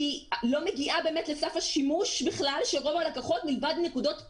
לא מגיעה באמת לסף השימוש של רוב הלקוחות מלבד נקודות קטנות.